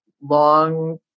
long